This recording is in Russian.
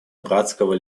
братского